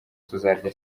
tuzarya